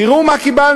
תראו מה קיבלנו.